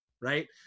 right